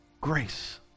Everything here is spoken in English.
grace